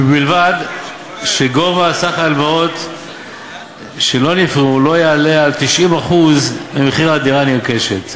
ובלבד שגובה סך ההלוואות שלא נפרעו לא יעלה על 90% ממחיר הדירה הנרכשת.